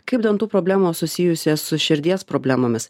kaip dantų problemos susijusios su širdies problemomis